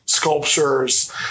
Sculptures